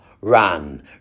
Ran